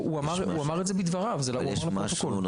אף על פי שאני